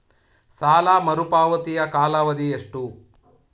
ಸಾಲ ಮರುಪಾವತಿಯ ಕಾಲಾವಧಿ ಎಷ್ಟು?